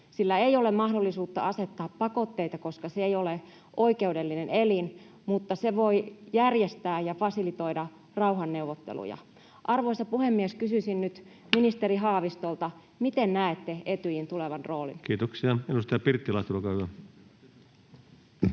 Sillä ei ole mahdollisuutta asettaa pakotteita, koska se ei ole oikeudellinen elin, mutta se voi järjestää ja fasilitoida rauhanneuvotteluja. Arvoisa puhemies! Kysyisin nyt ministeri Haavistolta: miten näette Etyjin tulevan roolin? Kiitoksia. — Edustaja Pirttilahti, olkaa hyvä.